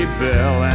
bell